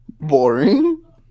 Boring